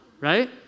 right